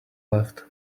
left